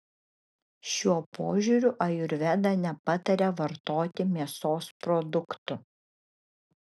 šiuo požiūriu ajurveda nepataria vartoti mėsos produktų